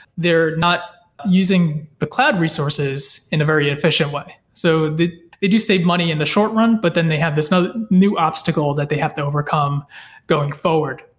they're not using the cloud resources in a very efficient way. so did you save money in the short run, but then they have this another new obstacle that they have to overcome going forward.